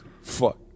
Fuck